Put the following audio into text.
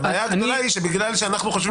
הבעיה הגדולה היא שבגלל שאנחנו חושבים